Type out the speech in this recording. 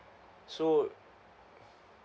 so